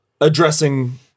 addressing